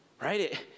right